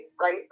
right